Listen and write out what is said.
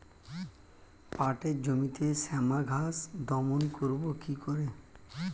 পাটের জমিতে শ্যামা ঘাস দমন করবো কি করে?